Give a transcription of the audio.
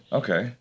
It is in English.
okay